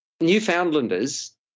Newfoundlanders